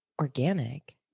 Organic